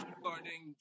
starting